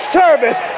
service